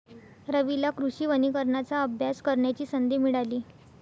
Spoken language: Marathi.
रवीला कृषी वनीकरणाचा अभ्यास करण्याची संधी मिळाली